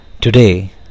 today